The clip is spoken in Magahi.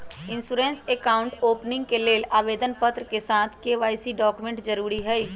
इंश्योरेंस अकाउंट ओपनिंग के लेल आवेदन पत्र के साथ के.वाई.सी डॉक्यूमेंट जरुरी हइ